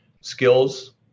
skills